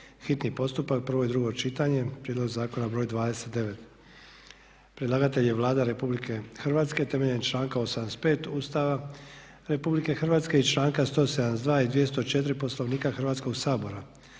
hitni postupak, prvo i drugo čitanje, P.Z. br. 29. Predlagatelj je Vlada Republike Hrvatske. Temeljem članka 85. Ustava Republike Hrvatske i članka 172. i 204. Poslovnika Hrvatskog sabora.